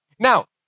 Now